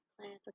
plans